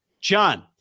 John